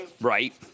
Right